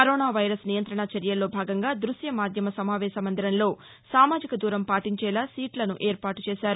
corona virus నియంతణ చర్యల్లో భాగంగా దృశ్య మాధ్యమ సమావేశ మందిరంలో సామాజిక దూరం పాటించేలా సీట్లను ఏర్పాటు చేశారు